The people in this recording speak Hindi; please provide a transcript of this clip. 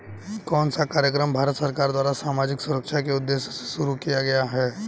कौन सा कार्यक्रम भारत सरकार द्वारा सामाजिक सुरक्षा के उद्देश्य से शुरू किया गया है?